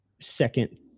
second